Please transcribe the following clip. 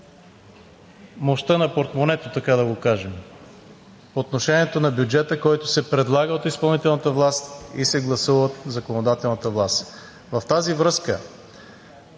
мощта на портмонето, така да го кажем. По отношението на бюджета, който се предлага от изпълнителната власт и се гласува от законодателната власт. Във връзка